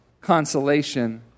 consolation